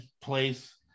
place